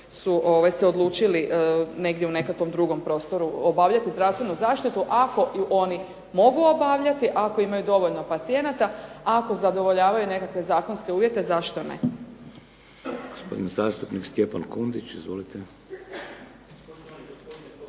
su se odlučili negdje u nekakvom drugom prostoru obavljati zdravstvenu zaštitu ako ju oni mogu obavljati, ako imaju dovoljno pacijenata. A ako zadovoljavaju nekakve zakonske uvjete zašto ne.